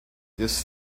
this